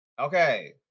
Okay